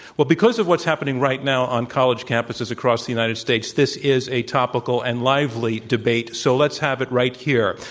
well because of what's happening right now on college campuses across the united states this is a topical and lively debate. so let's have it right here,